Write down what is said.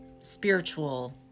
spiritual